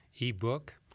ebook